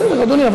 בסדר, אדוני.